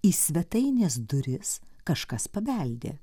į svetainės duris kažkas pabeldė